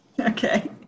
Okay